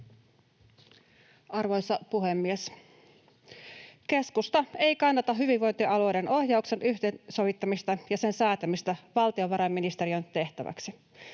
Arvoisa puhemies! Keskusta ei kannata hyvinvointialueiden ohjauksen yhteensovittamista ja sen säätämistä valtiovarainministeriön tehtäväksi.